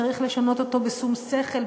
צריך לשנות אותו בשום שכל,